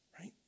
right